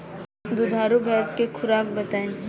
दुधारू भैंस के खुराक बताई?